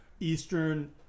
Eastern